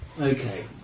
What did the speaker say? Okay